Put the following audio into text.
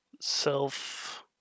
self